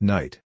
Night